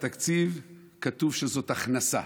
בתקציב כתוב שזו הכנסה.